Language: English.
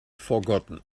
forgotten